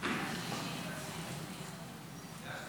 תשלומים לפדויי שבי (תיקון מס'